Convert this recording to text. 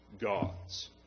gods